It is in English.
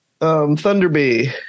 Thunderbee